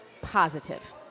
positive